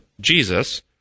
Jesus